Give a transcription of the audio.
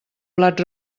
plat